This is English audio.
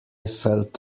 felt